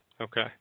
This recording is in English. Okay